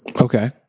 Okay